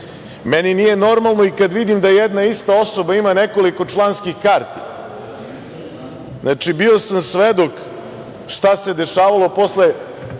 nije normalno i kad vidim da jedna ista osoba ima nekoliko članskih karti. Bio sam svedok šta se dešavalo posle